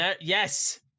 yes